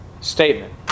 statement